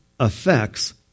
affects